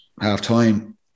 half-time